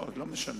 אני רוצה,